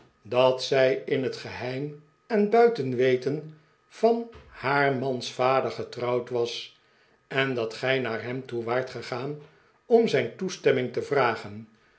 dat zij in het geheim en buiten weten van haar mans vader getrouwd was en dat gij naar hem toe waart gegaan om zijn toestemming te vragen